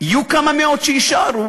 יהיו כמה מאות שיישארו,